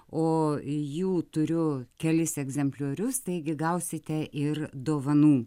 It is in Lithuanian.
o jų turiu kelis egzempliorius taigi gausite ir dovanų